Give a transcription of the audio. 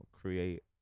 create